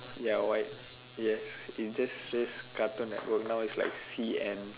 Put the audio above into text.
ya white yes it just says cartoon network now it's like C N